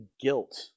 guilt